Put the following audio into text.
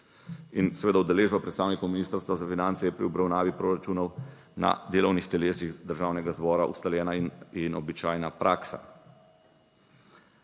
in seveda udeležba predstavnikov Ministrstva za finance je pri obravnavi proračunov na delovnih telesih Državnega zbora ustaljena in običajna praksa.